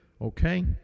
Okay